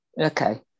Okay